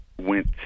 went